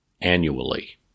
annually